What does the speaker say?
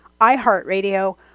iHeartRadio